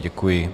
Děkuji.